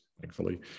thankfully